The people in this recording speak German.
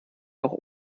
auch